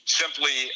simply